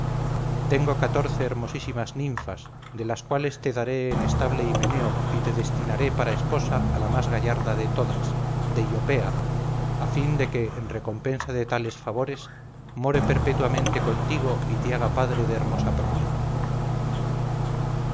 tengo catorce hermosísimas ninfas de las cuales te daré en estable himeneo y te destinaré para esposa a la más gallarda de todas deyopea a fin de que en recompensa de tales favores more perpetuamente contigo y te haga padre de hermosa prole